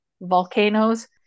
volcanoes